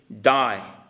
die